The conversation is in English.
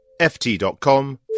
ft.com